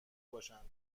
باشند